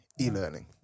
e-learning